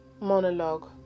monologue